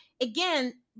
again